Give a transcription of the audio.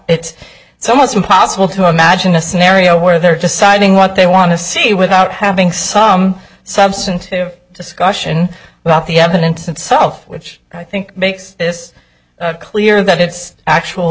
it it's almost impossible to imagine a scenario where they're deciding what they want to see without having some substantive discussion about the evidence itself which i think makes this clear that it's actual